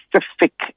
specific